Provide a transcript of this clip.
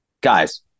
Guys